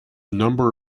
number